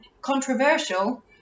controversial